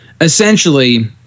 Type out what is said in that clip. Essentially